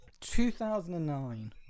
2009